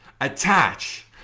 attach